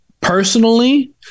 personally